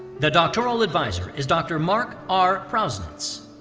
the doctoral advisor is dr. mark r. prausnitz.